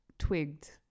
Twigged